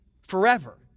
forever